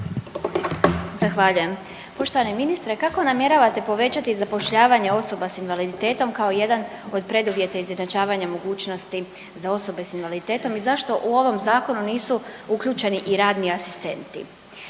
Zahvaljujem. Poštovani ministre kako namjeravate povećati zapošljavanje osoba s invaliditetom kao jedan od preduvjeta izjednačavanja mogućnosti za osobe s invaliditetom i zašto u ovom zakonu nisu uključeni i radni asistenti